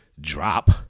drop